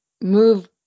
move